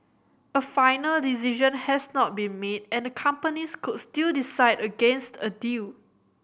a final decision has not been made and the companies could still decide against a deal